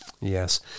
yes